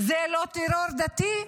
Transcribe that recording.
זה לא טרור דתי?